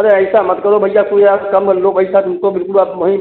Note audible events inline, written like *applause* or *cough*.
अरे ऐसा मत करो भैया तुम यार *unintelligible* लो पैसा तुम तो बिल्कुल अब तुम ही